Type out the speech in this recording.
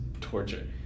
torture